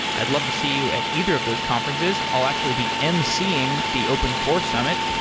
i'd love to see you at either of those conferences. i'll actually be emceeing the open core summit.